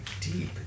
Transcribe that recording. deep